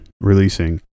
releasing